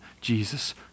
Jesus